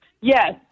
Yes